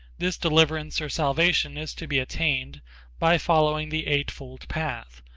this deliverance or salvation is to be attained by following the eightfold path,